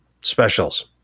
specials